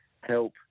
help